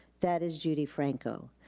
that is judy franco.